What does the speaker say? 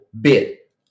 bit